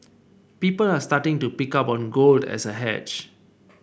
people are starting to pick up on gold as a hedge